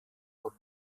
und